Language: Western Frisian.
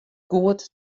goed